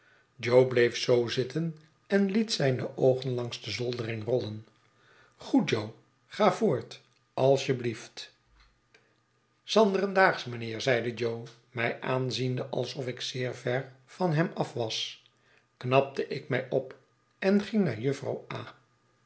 bleef zoo zitten en liet zijrie oogen langs de zoldering rollen goed jo ga voort als je blieft s anderen daags mijnheer zeide jo mij aanziende alsof ik zeer ver van hem af was knapte ik mij op en ging naar jufvrouw